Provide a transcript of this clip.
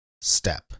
step